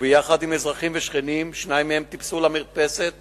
ביחד עם אזרחים ושכנים, שניים מהם טיפסו למרפסת